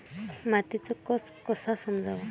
मातीचा कस कसा समजाव?